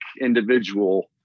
individual